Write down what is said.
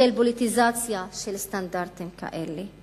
של פוליטיזציה של סטנדרטים כאלה.